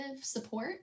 support